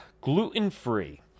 Gluten-free